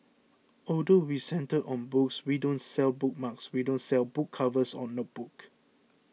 although we centred on books we don't sell bookmarks we don't sell book covers or notebooks